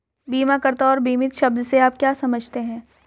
बीमाकर्ता और बीमित शब्द से आप क्या समझते हैं?